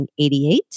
1988